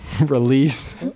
release